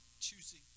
choosing